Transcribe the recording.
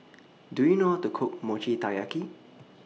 Do YOU know How to Cook Mochi Taiyaki